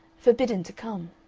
forbidden to come.